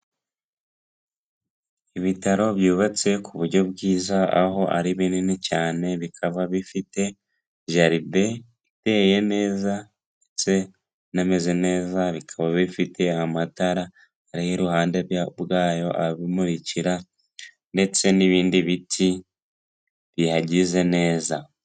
Ibitaro byubatse ku buryo bwiza aho ari binini cyane bikaba bifite jaride iteye neza ndetse inameze neza, bikaba bifite amatara ari iruhande bwayo abimurikira ndetse n'ibindi biti biyagize neza.